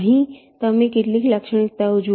અહીં તમે કેટલીક લાક્ષણિક્તાઓ જુઓ